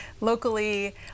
locally